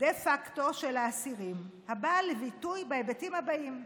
דה-פקטו של האסירים, הבאה לביטוי בהיבטים הבאים: